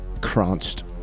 crunched